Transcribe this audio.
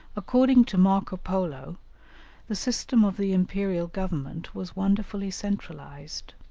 according to marco polo the system of the imperial government was wonderfully centralized.